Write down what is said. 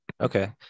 Okay